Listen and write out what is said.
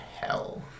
hell